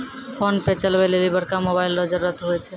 PhonePe चलबै लेली बड़का मोबाइल रो जरुरत हुवै छै